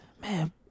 man